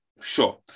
Sure